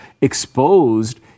exposed